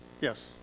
Yes